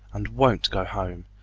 and won't, go home.